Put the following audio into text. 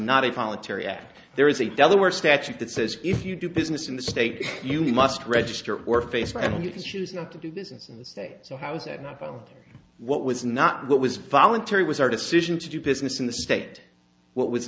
not a voluntary act there is a delaware statute that says if you do business in the state you must register or face and you can choose not to do business in the state so how's that not on what was not what was voluntary was our decision to do business in the state what was